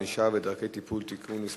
ענישה ודרכי טיפול) (תיקון מס'